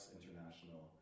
International